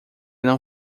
não